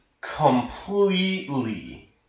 completely